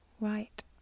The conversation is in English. Right